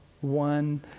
one